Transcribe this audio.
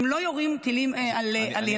הם לא יורים טילים על ילדים.